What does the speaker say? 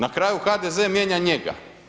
Na kraju HDZ mijenja njega.